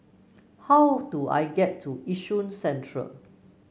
how do I get to Yishun Central